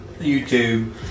YouTube